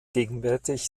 gegenwärtig